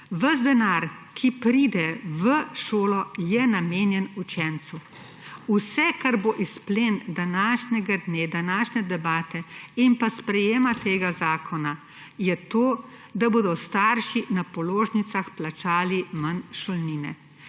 Ves denar, ki pride v šolo, je namenjen učencu. Vse, kar bo izplen današnjega dne, današnje debate in pa sprejetja tega zakona, je to, da bodo starši na položnicah plačali manj šolnine,